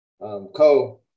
Co